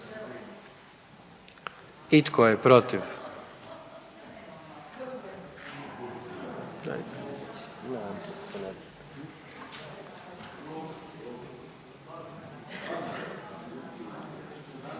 I tko je protiv?